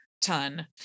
ton